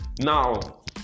Now